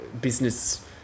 business